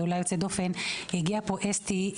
הגיע לפה אסתי,